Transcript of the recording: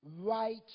right